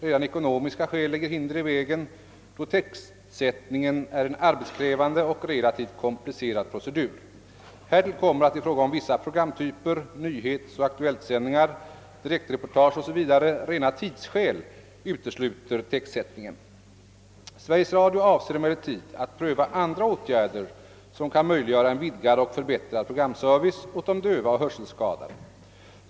Redan ekonomiska skäl lägger hinder i vägen, då textsättningen är en arbetskrävande och relativt komplicerad procedur. Härtill kommer att i fråga om vissa programtyper — nyhetsoch aktuelitsändningar, direktreportage osv. — rena tidsskäl utesluter textsättningen. Sveriges Radio avser emellertid att pröva andra åtgärder, som kan möjliggöra en vidgad och förbättrad programservice åt de döva och hörselskadade.